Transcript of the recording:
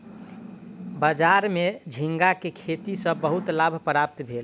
बजार में झींगा के खेती सॅ बहुत लाभ प्राप्त भेल